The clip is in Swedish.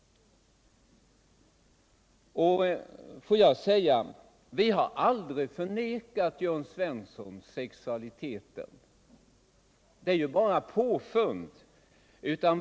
Får jag säga: Vi har aldrig, Jörn Svensson, förmenat någon sexualiteten — det är bara ett påfund.